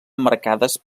emmarcades